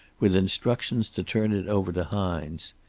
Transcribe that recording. with instructions to turn it over to hines.